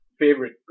favorite